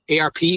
ARP